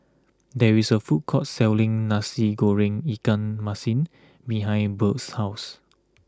there is a food court selling Nasi Goreng Ikan Masin behind Bert's house